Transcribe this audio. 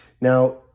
Now